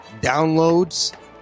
downloads